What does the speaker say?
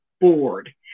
board